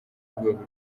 urwego